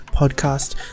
Podcast